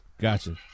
Gotcha